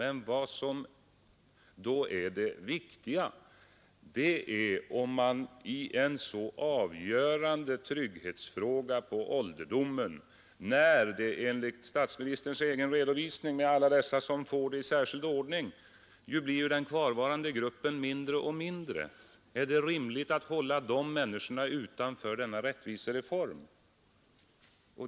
Men vad som då är det viktiga i en sådan avgörande trygghetsfråga för ålderdomen, när enligt statsministerns egen redovisning med alla dessa som får pension i särskild ordning den kvarvarande gruppen ju blir mindre och mindre, är om de människorna verkligen bör hållas utanför denna rättvisare form.